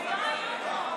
הם לא היו פה.